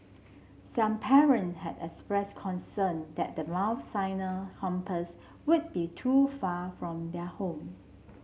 some parent had expressed concern that the Mount Sinai campus would be too far from their home